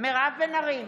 מירב בן ארי,